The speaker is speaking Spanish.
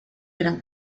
gran